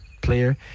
player